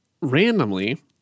randomly